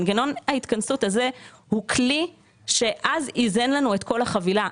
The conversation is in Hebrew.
מנגנון ההתכנסות הזה הוא כלי שאז איזן לנו את כל החבילה.